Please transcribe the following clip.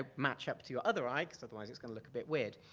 ah match up to your other eye, cause otherwise it's gonna look a bit weird.